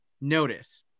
notice